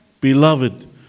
beloved